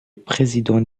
président